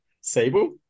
Sable